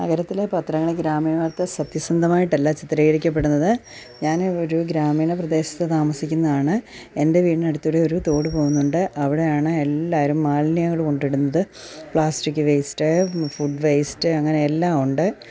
നഗരത്തിലെ പത്രങ്ങൾ ഗ്രാമീണത്തെ സത്യസന്ധമായിട്ടല്ല ചിത്രീകരിക്കപ്പെടുന്നത് ഞാൻ ഒരു ഗ്രാമീണ പ്രദേശത്ത് താമസിക്കുന്നതാണ് എൻ്റെ വീടിനടുത്തു കൂടി ഒരു തോടു പോകുന്നുണ്ട് അവിടെയാണ് എല്ലാവരും മാലിന്യങ്ങൾ കൊണ്ടിടുന്നത് പ്ലാസ്റ്റിക് വെയിസ്റ്റ് ഫുഡ് വെയിസ്റ്റ് അങ്ങനെ എല്ലാമുണ്ട്